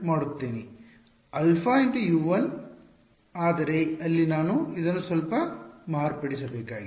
α × U1 ಆದರೆ ಅಲ್ಲಿ ನಾನು ಇದನ್ನು ಸ್ವಲ್ಪ ಮಾರ್ಪಡಿಸಬೇಕಾಗಿದೆ